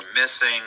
missing